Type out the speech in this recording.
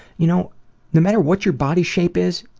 you know no matter what your body shape is,